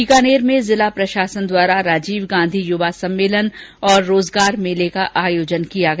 बीकानेर में जिला प्रशासन द्वारा राजीव गांधी युवा सम्मेलन और रोजगार मेले का आयोजन किया गया